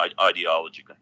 ideology